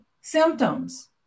symptoms